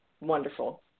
wonderful